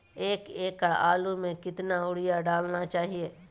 एक एकड़ आलु में कितना युरिया डालना चाहिए?